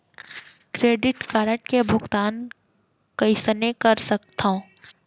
Credit card के भुगतान कईसने कर सकथो?